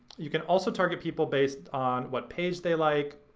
you can also target people based on what page they like,